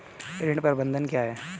ऋण प्रबंधन क्या है?